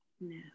No